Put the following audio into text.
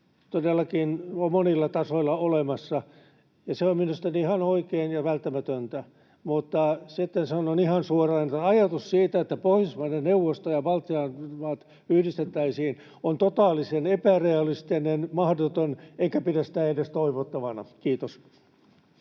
todellakin on monilla tasoilla olemassa, ja se on minusta ihan oikein ja välttämätöntä, mutta sitten sanon ihan suoraan, että ajatus siitä, että Pohjoismaiden neuvosto ja Baltian maat yhdistettäisiin, on totaalisen epärealistinen, mahdoton, enkä pidä sitä edes toivottavana. — Kiitos.